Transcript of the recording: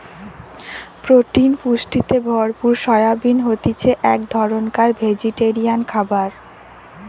protein পুষ্টিতে ভরপুর soybean হতিছে এক ধরণকার ভেজিটেরিয়ান খাবার